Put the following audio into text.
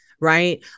right